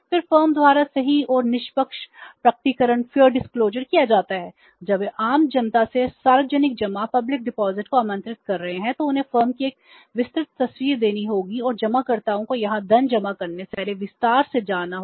फिर फर्म द्वारा सही और निष्पक्ष प्रकटीकरण को आमंत्रित कर रहे हैं तो उन्हें फर्म की एक विस्तृत तस्वीर देनी होगी और जमाकर्ताओं को यहां धन जमा करने से पहले विस्तार से जानना होगा